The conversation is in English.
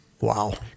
Wow